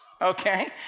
okay